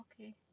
okay